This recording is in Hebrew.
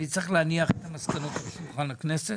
אני צריך להניח את המסקנות על שולחן הכנסת,